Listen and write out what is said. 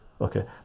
Okay